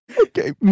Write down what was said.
okay